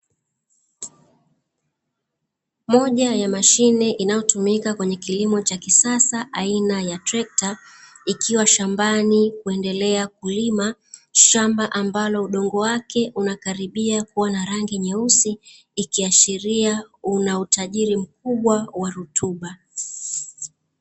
Moja ya mashine inayotumika kwenye kilimo cha kisasa aina ya trekta, ikiwa shambani kuendelea kulima shamba ambalo udongo wake unakaribia kuwa na rangi nyeusi. Ikiashiria una utajiri mkubwa wa rutuba.